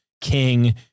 king